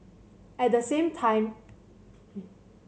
at the same time